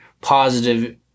positive